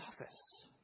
office